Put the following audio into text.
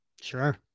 Sure